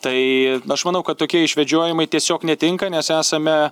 tai aš manau kad tokie išvedžiojimai tiesiog netinka nes esame